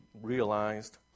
realized